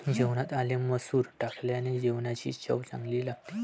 जेवणात आले मसूर टाकल्याने जेवणाची चव चांगली लागते